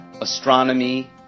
astronomy